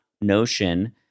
notion